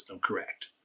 correct